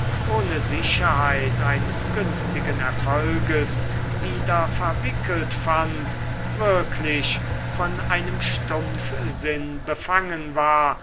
ohne sicherheit eines günstigen erfolges wieder verwickelt fand wirklich von einem stumpfsinn befangen war